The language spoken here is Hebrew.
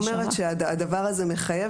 נכון אני רק אומרת שהדבר הזה מחייב,